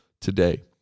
today